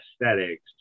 aesthetics